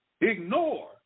ignore